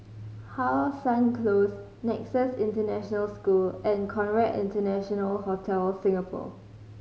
How Sun Close Nexus International School and Conrad International Hotel Singapore